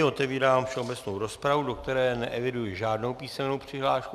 Otevírám všeobecnou rozpravu, do které neeviduji žádnou písemnou přihlášku.